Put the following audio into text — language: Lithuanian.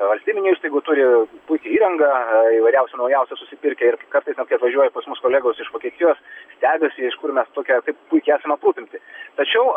valstybinių įstaigų turi puikią įrangą įvairiausią naujausią susipirkę ir kartais net kai atvažiuoja pas mus kolegos iš vokietijos stebisi iš kur mes tokie puikiai esam aprūpinti tačiau